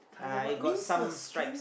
uh it got some stripes